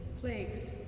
plagues